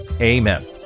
Amen